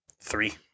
Three